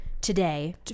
today